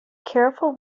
careful